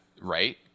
right